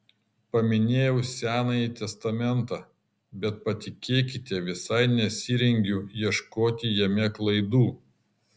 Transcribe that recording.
paminėjau senąjį testamentą bet patikėkite visai nesirengiu ieškoti jame klaidų